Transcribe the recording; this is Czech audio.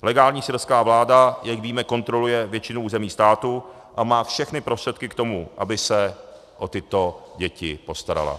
Legální syrská vláda, jak víme, kontroluje většinu území státu a má všechny prostředky k tomu, aby se o tyto děti postarala.